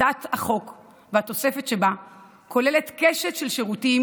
הצעת החוק והתוספת שבה כוללת קשת של שירותים